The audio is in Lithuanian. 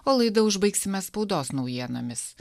o laidą užbaigsime spaudos naujienomis